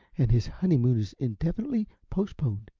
and his honeymoon is indefinitely postponed.